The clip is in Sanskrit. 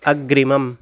अग्रिमम्